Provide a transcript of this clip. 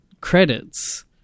credits